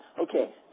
okay